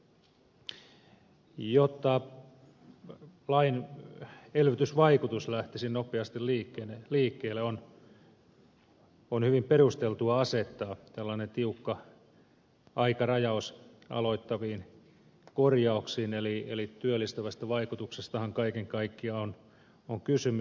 jotta lain elvytysvaikutus lähtisi nopeasti liikkeelle on hyvin perusteltua asettaa tällainen tiukka aikarajaus aloittaviin korjauksiin eli työllistävästä vaikutuksestahan kaiken kaikkiaan on kysymys